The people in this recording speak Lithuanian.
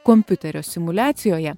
kompiuterio simuliacijoje